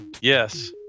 Yes